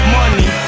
money